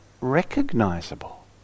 recognizable